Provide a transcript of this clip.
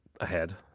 ahead